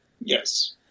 Yes